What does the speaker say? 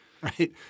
right